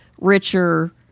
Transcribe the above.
richer